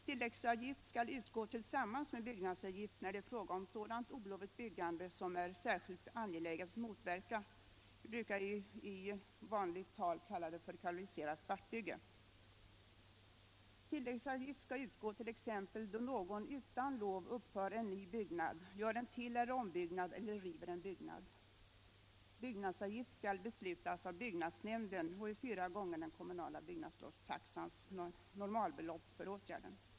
Tilläggsavgift skall utgå till-' sammans med byggnadsavgift när det är fråga om sådant olovligt byggande som det är särskilt angeläget att motverka — vi brukar i vanligt tal kalla det för kvalificerat svartbygge. Tilläggsavgift skall utgå t.ex. då någon utan lov uppför en ny byggnad, gör en till eller ombyggnad eller river en byggnad. Byggnadsavgift skall beslutas av byggnadsnämnden och är fyra gånger den kommunala byggnadslovstaxans normalbelopp för åtgärden.